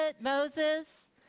Moses